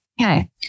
Okay